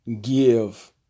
give